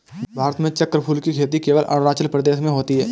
भारत में चक्रफूल की खेती केवल अरुणाचल में होती है